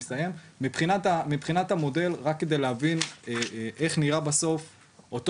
מבחינת המודל ורק כדי להבין איך נראה בסוף אותו